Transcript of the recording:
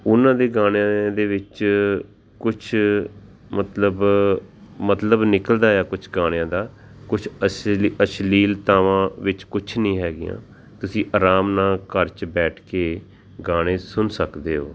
ਉਹਨਾਂ ਦੇ ਗਾਣਿਆਂ ਦੇ ਵਿੱਚ ਕੁਛ ਮਤਲਬ ਮਤਲਬ ਨਿਕਲਦਾ ਆ ਕੁਛ ਗਾਣਿਆਂ ਦਾ ਕੁਛ ਅਸ਼ਲ ਅਸ਼ਲੀਲਤਾਵਾਂ ਵਿੱਚ ਕੁਛ ਨਹੀਂ ਹੈਗੀਆਂ ਤੁਸੀਂ ਆਰਾਮ ਨਾਲ ਘਰ 'ਚ ਬੈਠ ਕੇ ਗਾਣੇ ਸੁਣ ਸਕਦੇ ਹੋ